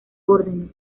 órdenes